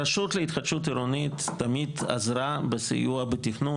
הרשות להתחדשות עירונית תמיד עזרה בסיוע בתכנון